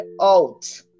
out